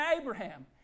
Abraham